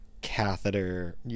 catheter